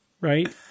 right